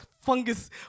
fungus